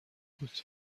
بود